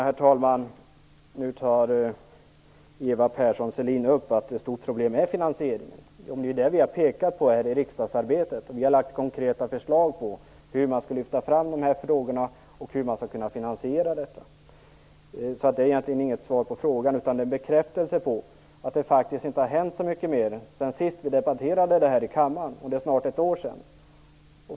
Herr talman! Nu tar Eva Persson Sellin upp att finansieringen är ett stort problem. Det har vi ju pekat på här i riksdagsarbetet; vi har lagt fram konkreta förslag om hur man skall kunna lyfta fram de här frågorna och finansiera detta. Vad Eva Persson Sellin sade var alltså inget svar på frågan utan en bekräftelse på att det inte har hänt så mycket sedan vi debatterade det här i kammaren sist, och det är snart ett år sedan.